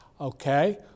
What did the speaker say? okay